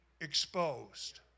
exposed